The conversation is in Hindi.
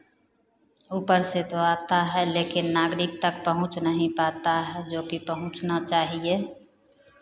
ऊपर से तो आता है लेकिन नागरिक तक पहुँच नहीं पाता है जो कि पहुँचना चाहिए